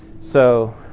so